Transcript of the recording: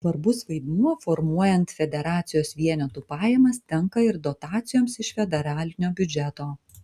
svarbus vaidmuo formuojant federacijos vienetų pajamas tenka ir dotacijoms iš federalinio biudžeto